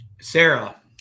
Sarah